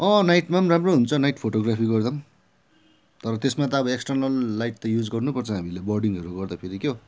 नाइटमा राम्रो हुन्छ night photography गर्दा तर त्यसमा त अब एक्सटर्नल लाइट त युज गर्नु पर्छ हामीले बर्डिङहरू गर्दाखेरि क्या